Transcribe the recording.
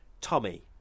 Tommy